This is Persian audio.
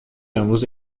امروز